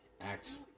acts